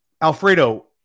Alfredo